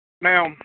Now